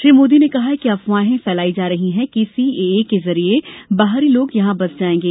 श्री मोदी ने कहा कि अफवाहें फैलाई जा रही है कि सीएए के जरिए बाहरी लोग यहां बस जाएंगे